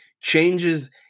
changes